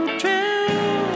true